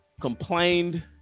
complained